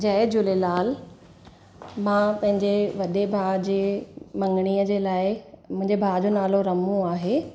जय झूलेलाल मां पंहिंजे वॾे भाउ जी मंगड़ी जे लाइ मुंहिंजे भाउ जो नालो रमूं आहे